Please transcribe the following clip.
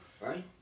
Right